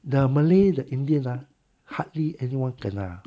the malay the indians uh hardly anyone kena